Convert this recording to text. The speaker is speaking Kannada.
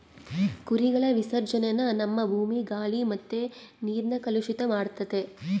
ಕುರಿಗಳ ವಿಸರ್ಜನೇನ ನಮ್ಮ ಭೂಮಿ, ಗಾಳಿ ಮತ್ತೆ ನೀರ್ನ ಕಲುಷಿತ ಮಾಡ್ತತೆ